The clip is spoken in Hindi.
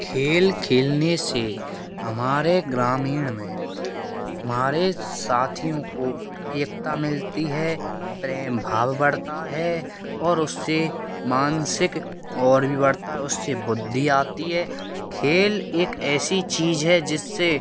खेल खेलने से हमारे ग्रामीण में हमारे साथियों को एकता मिलती है प्रेम भाव बढ़ता है और उससे मानसिक और भी बढ़ता है उससे बुद्धि आती है खेल एक ऐसी चीज़ है जिससे